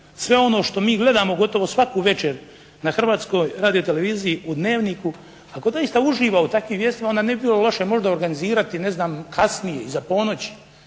sve ono što mi gledamo gotovo svaku večer na Hrvatskoj radioteleviziji u “Dnevniku“, ako doista uživa u takvim vijestima onda ne bi bilo loše možda organizirati ne znam kasnije, iza ponoći